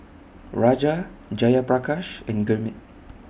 Raja Jayaprakash and Gurmeet